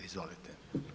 Izvolite.